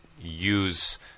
use